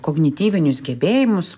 kognityvinius gebėjimus